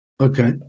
Okay